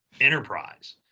enterprise